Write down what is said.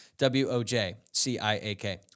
W-O-J-C-I-A-K